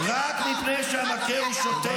תוריד אותו.